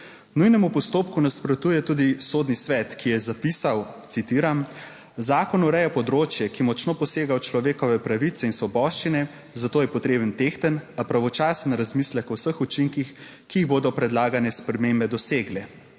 Nujnemu postopku nasprotuje tudi Sodni svet, ki je zapisal, citiram: "Zakon ureja področje, ki močno posega v človekove pravice in svoboščine, zato je potreben tehten a pravočasen razmislek o vseh učinkih, ki jih bodo predlagane spremembe dosegle